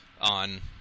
on